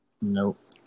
Nope